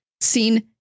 seen